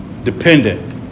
Dependent